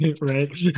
right